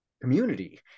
community